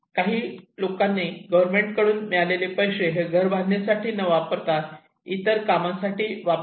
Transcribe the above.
काही लोकांनी गव्हर्मेंट कडून मिळालेले पैसे घर बांधणीसाठी न वापरता काही इतर कामांसाठी वापरले